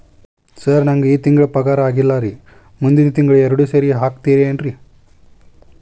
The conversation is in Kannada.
ಸರ್ ನಂಗ ಈ ತಿಂಗಳು ಪಗಾರ ಆಗಿಲ್ಲಾರಿ ಮುಂದಿನ ತಿಂಗಳು ಎರಡು ಸೇರಿ ಹಾಕತೇನ್ರಿ